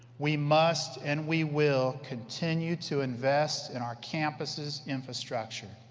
we must and we will continue to invest in our campus' infrastructure.